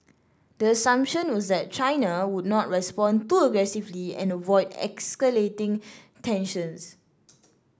the assumption was that China would not respond too aggressively and avoid escalating tensions